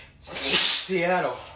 Seattle